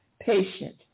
patient